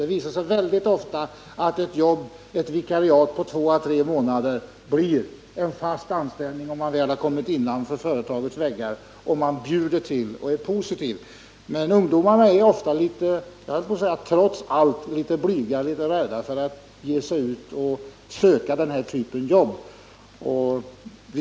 Det visar sig mycket ofta att ett vikariat på två å tre månader resulterar i en fast anställning för den arbetssökande sedan denne väl kommit innanför företagets väggar och bjudit till och varit positiv. Men ungdomarna är ofta trots allt litet rädda för att söka den typen av jobb.